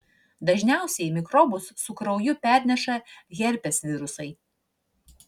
dažniausiai mikrobus su krauju perneša herpes virusai